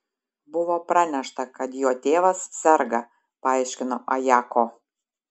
buvo pranešta kad jo tėvas serga paaiškino ajako